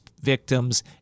victims